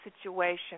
situation